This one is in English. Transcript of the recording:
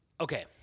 okay